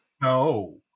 No